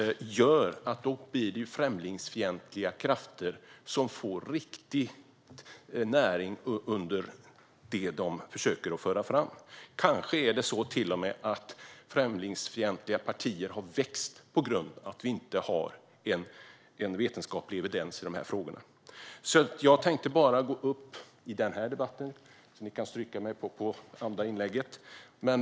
Det gör att främlingsfientliga krafter får riktig näring för det som de försöker att föra fram. Kanske är det till och med så att främlingsfientliga partier har växt på grund av att vi inte har en vetenskaplig evidens i de här frågorna. Jag tänkte bara gå upp i detta anförande i den här debatten. Ni kan stryka det andra inlägget.